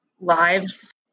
lives